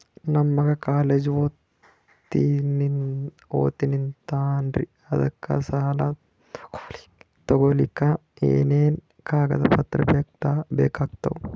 ನನ್ನ ಮಗ ಕಾಲೇಜ್ ಓದತಿನಿಂತಾನ್ರಿ ಅದಕ ಸಾಲಾ ತೊಗೊಲಿಕ ಎನೆನ ಕಾಗದ ಪತ್ರ ಬೇಕಾಗ್ತಾವು?